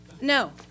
No